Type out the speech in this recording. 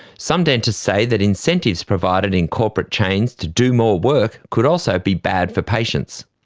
some dentists say that incentives provided in corporate chains to do more work could also be bad for patients.